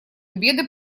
беды